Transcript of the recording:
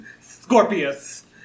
Scorpius